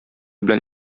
белән